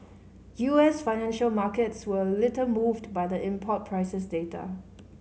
U S financial markets were little moved by the import prices data